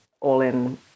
all-in